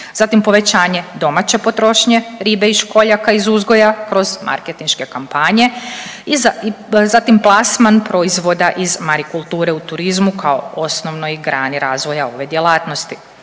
Zatim povećanje domaće potrošnje ribe i školjaka iz uzgoja kroz marketinške kampanje, i zatim plasman proizvoda iz marikulture u turizmu kao osnovnoj grani razvoja ove djelatnosti.